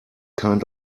kind